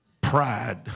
Pride